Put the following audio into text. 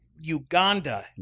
Uganda